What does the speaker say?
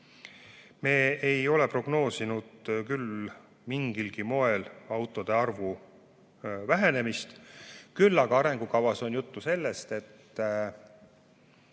Me ei ole prognoosinud küll mingilgi moel autode arvu vähenemist, küll aga on arengukavas juttu sellest, et